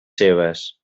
seves